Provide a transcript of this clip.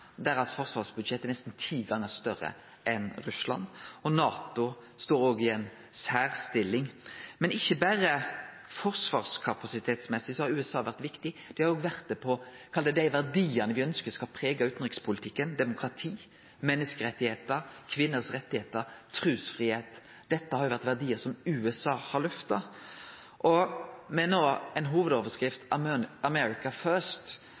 forsvarsbudsjett er nesten ti gonger større enn det Russland har, og NATO står òg i ei særstilling. Men det er ikkje berre forsvarskapasitetsmessig USA har vore viktig. Dei har òg vore det når det gjeld det ein kan kalle verdiane me ønskjer skal prege utanrikspolitikken: demokrati, menneskerettar, kvinners rettar, trusfridom. Dette har jo vore verdiar som USA har løfta.